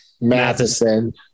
Matheson